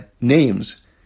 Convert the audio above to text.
names